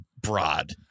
broad